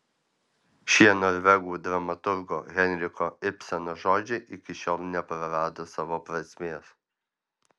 šie norvegų dramaturgo henriko ibseno žodžiai iki šiol neprarado savo prasmės